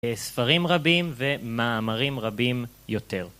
ספרים רבים ומאמרים רבים יותר